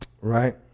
Right